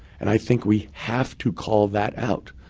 and i think we have to call that out.